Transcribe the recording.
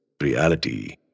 reality